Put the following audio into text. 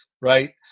right